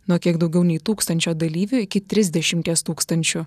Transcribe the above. nuo kiek daugiau nei tūkstančio dalyvių iki trisdešimties tūkstančių